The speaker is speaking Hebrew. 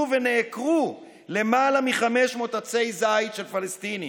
ונעקרו למעלה מ-500 עצי זית של פלסטינים.